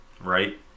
right